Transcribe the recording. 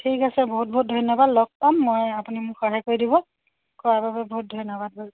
ঠিক আছে বহুত বহুত ধন্যবাদ লগ পাম মই আপুনি মোক সহায় কৰি দিব কৰাৰ বাবে বহুত ধন্যবাদ